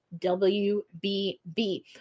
WBB